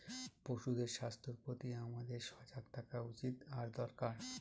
পশুদের স্বাস্থ্যের প্রতি আমাদের সজাগ থাকা উচিত আর দরকার